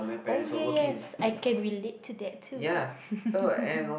oh ya ya yes I can relate to that too